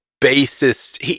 basis